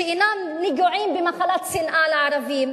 שאינם נגועים במחלת שנאה לערבים,